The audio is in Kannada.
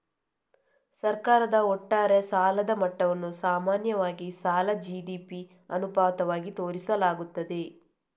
ಸರ್ಕಾರದ ಒಟ್ಟಾರೆ ಸಾಲದ ಮಟ್ಟವನ್ನು ಸಾಮಾನ್ಯವಾಗಿ ಸಾಲ ಜಿ.ಡಿ.ಪಿ ಅನುಪಾತವಾಗಿ ತೋರಿಸಲಾಗುತ್ತದೆ